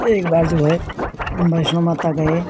एक बार जो है हम वैष्णो माता गए